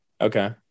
okay